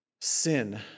sin